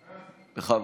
בכבוד.